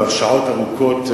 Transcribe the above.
כבר שעות ארוכות,